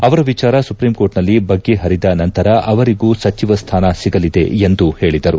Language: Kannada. ಅವರ ವಿಚಾರ ಸುಪ್ರೀಂಕೋರ್ಟ್ನಲ್ಲಿ ಬಗೆಹರಿದ ನಂತರ ಅವರಿಗೂ ಸಚಿವ ಸ್ಥಾನ ಸಿಗಲಿದೆ ಎಂದು ಅವರು ಹೇಳಿದರು